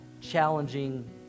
challenging